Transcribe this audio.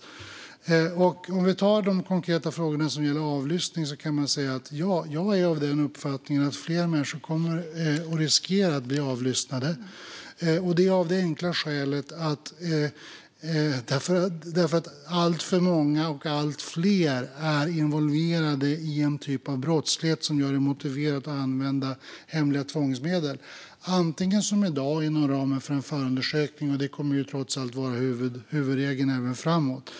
Låt oss titta på de konkreta frågor som gäller avlyssning. Ja, jag är av uppfattningen att fler människor riskerar att bli avlyssnade. Det enkla skälet är att alltför många och allt fler är involverade i en typ av brottslighet som gör det motiverat att använda hemliga tvångsmedel, bland annat som i dag inom ramen för förundersökning, och det kommer trots allt att vara huvudregeln även framåt.